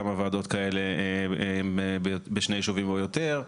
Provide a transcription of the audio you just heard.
כמה ועדות כאלה בשני ישובים ויותר,